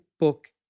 book